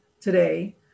today